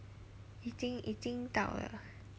已经已经到了